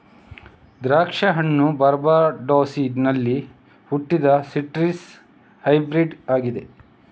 ದ್ರಾಕ್ಷಿ ಹಣ್ಣು ಬಾರ್ಬಡೋಸಿನಲ್ಲಿ ಹುಟ್ಟಿದ ಸಿಟ್ರಸ್ ಹೈಬ್ರಿಡ್ ಆಗಿದೆ